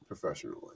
professionally